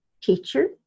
teacher